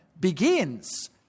begins